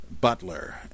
Butler